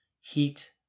heat